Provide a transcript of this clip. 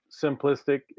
simplistic